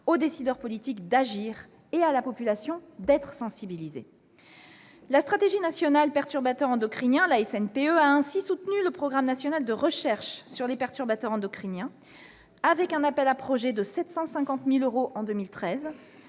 aux décideurs politiques d'agir et à la population d'être sensibilisée. La stratégie nationale sur les perturbateurs endocriniens, la SNPE, a ainsi soutenu le programme national de recherche sur les perturbateurs endocriniens, avec un appel à projets de 750 000 euros en 2013,